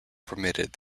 permitted